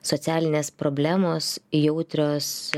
socialinės problemos jautrios